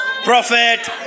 Prophet